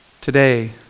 today